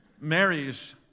Mary's